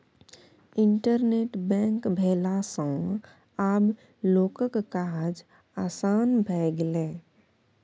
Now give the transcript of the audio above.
internet bank भेला सँ आब लोकक काज आसान भए गेलै